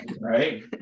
Right